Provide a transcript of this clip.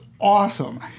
awesome